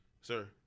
Sir